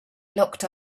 locked